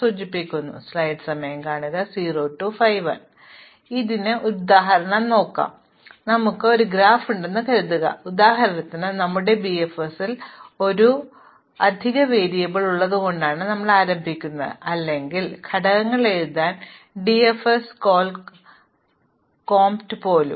അതിനാൽ ഇതിന്റെ ഒരു ഉദാഹരണം നോക്കാം അതിനാൽ ഞങ്ങൾക്ക് ഈ ഗ്രാഫ് ഉണ്ടെന്ന് കരുതുക ഉദാഹരണത്തിന് ഞങ്ങളുടെ ബിഎഫ്എസിൽ ഒരു അധിക വേരിയബിൾ ഉള്ളതുകൊണ്ടാണ് ഞങ്ങൾ ആരംഭിക്കുന്നത് അല്ലെങ്കിൽ ഘടകങ്ങൾ എണ്ണാൻ ഡിഎഫ്എസ് കോൾ കോംപ്റ്റ് പോലും